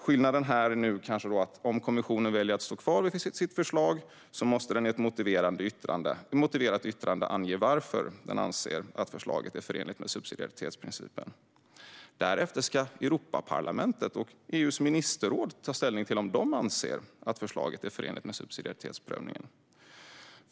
Skillnaden här är bara att om kommissionen väljer att stå kvar vid förslaget ska den i ett motiverat yttrande ange varför den anser att förslaget är förenligt med subsidiaritetsprincipen. Därefter ska Europaparlamentet och EU:s ministerråd ta ställning till om de anser att förslaget är förenligt med subsidiaritetsprincipen.